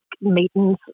meetings